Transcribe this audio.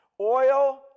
Oil